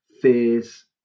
fears